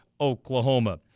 Oklahoma